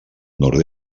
nord